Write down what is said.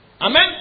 Amen